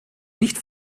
nicht